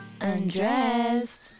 Undressed